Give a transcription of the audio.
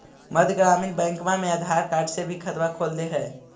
मध्य ग्रामीण बैंकवा मे आधार कार्ड से भी खतवा खोल दे है?